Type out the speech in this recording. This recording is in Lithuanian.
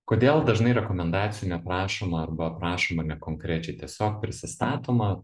kodėl dažnai rekomendacijų neprašoma arba prašoma nekonkrečiai tiesiog prisistatoma